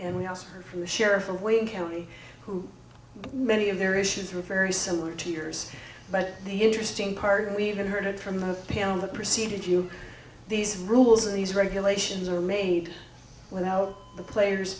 and we also heard from the sheriff of wayne county who many of their issues were very similar to yours but the interesting parth and we even heard it from the panel that preceded youh these rules and these regulations are made without the players